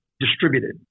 distributed